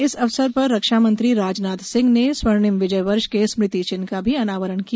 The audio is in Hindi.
इस अवसर पर रक्षा मंत्री राजनाथ सिंह ने स्वर्णिम विजय वर्ष के स्मृति चिन्ह का भी अनावरण किया